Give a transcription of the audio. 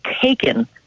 taken